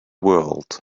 world